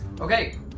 Okay